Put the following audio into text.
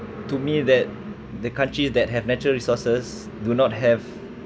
to me that the country that have natural resources do not have